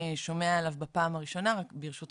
הילדים והנוער צופים בפלטפורמות דיגיטליות